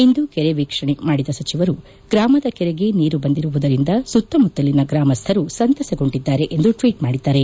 ಇಂದು ಕೆರೆ ವೀಕ್ಷಣೆ ಮಾಡಿದ ಸಚಿವರು ಗ್ರಾಮದ ಕೆರೆಗೆ ನೀರು ಬಂದಿರುವುದರಿಂದ ಸುತ್ತಮುತ್ತಲಿನ ಗ್ರಾಮಸ್ಥರು ಸಂತಸಗೊಂಡಿದ್ದಾರೆ ಎಂದು ಟ್ವೀಟ್ ಮಾಡಿದ್ದಾರೆ